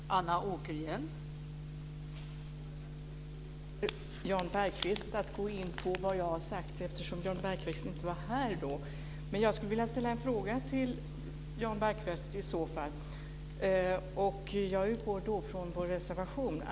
Fru talman! Jag förstår att det är svårt för Jan Bergqvist att gå in på vad jag sade, eftersom han inte var här då. Men jag skulle vilja ställa en fråga till Jan Bergqvist. Jag utgår från vår reservation.